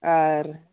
ᱟᱨ